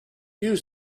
use